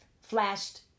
flashed